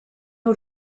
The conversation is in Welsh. nhw